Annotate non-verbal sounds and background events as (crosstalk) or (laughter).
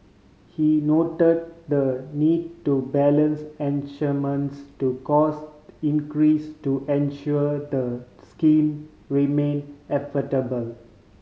he note the need to balance (unintelligible) to cost increase to ensure the scheme remain affordable